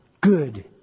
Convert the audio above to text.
good